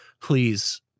please